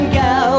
go